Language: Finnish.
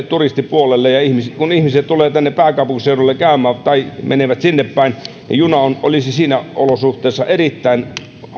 turistipuolelle ja kun ihmiset tulevat tänne pääkaupunkiseudulle käymään tai menevät sinne päin niin juna olisi niissä olosuhteissa erittäin